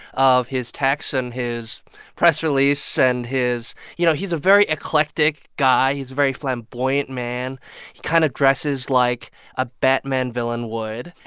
of his tax and his press release and his you know, he's a very eclectic guy. he's a very flamboyant man. he kind of dresses like a batman villain would.